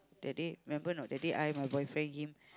that day remember not that day I my boyfriend him